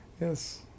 Yes